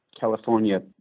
California